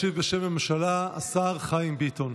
ישיב בשם הממשלה השר חיים ביטון.